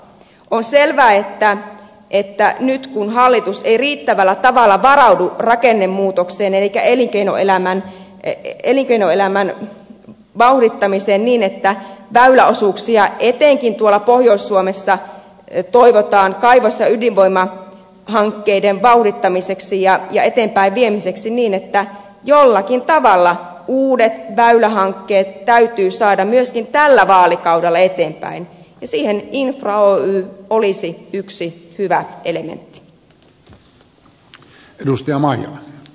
on selvää että nyt kun hallitus ei riittävällä tavalla varaudu rakennemuutokseen elikkä elinkeinoelämän vauhdittamiseen ja kun väyläosuuksia etenkin tuolla pohjois suomessa toivotaan kaivos ja ydinvoimahankkeiden vauhdittamiseksi ja eteenpäin viemiseksi niin että jollakin tavalla uudet väylähankkeet saataisiin myöskin tällä vaalikaudella eteenpäin niin siihen infra oy olisi yksi hyvä elementti